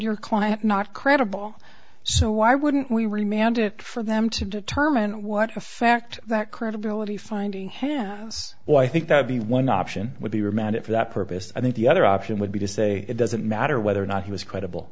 your client not credible so why wouldn't we re mandate for them to determine what effect that credibility finding him oh i think that would be one option would be remanded for that purpose i think the other option would be to say it doesn't matter whether or not he was credible